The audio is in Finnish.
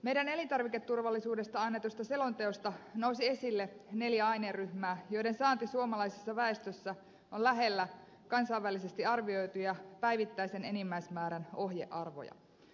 meidän elintarviketurvallisuudestamme annetusta selonteosta nousi esille neljä aineryhmää joiden saanti suomalaisessa väestössä on lähellä kansainvälisesti arvioituja päivittäisen enimmäismäärän ohjearvoja